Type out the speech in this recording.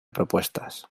propuestas